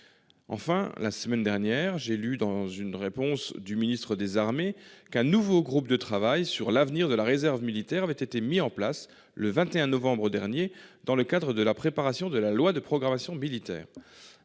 Enfin la semaine dernière j'ai lu dans une réponse du ministre des armées qu'un nouveau groupe de travail sur l'avenir de la réserve militaire avait été mis en place le 21 novembre dernier dans le cadre de la préparation de la loi de programmation militaire,